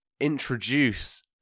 introduce